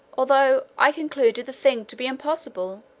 although i concluded the thing to be impossible,